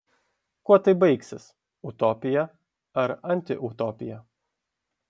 kuo tai baigsis utopija ar antiutopija